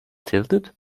tilted